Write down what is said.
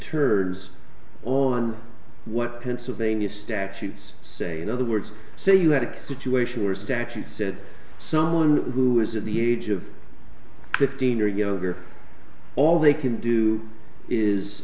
turns on what pennsylvania statutes say in other words so you had a situation where a statute said someone who is at the age of fifteen to give you all they can do